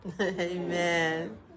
Amen